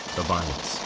the violence.